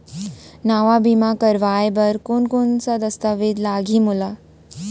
नवा बीमा करवाय बर कोन कोन स दस्तावेज लागही मोला?